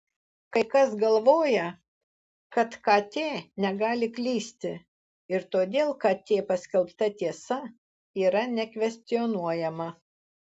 kai kas galvoja kad kt negali klysti ir todėl kt paskelbta tiesa yra nekvestionuojama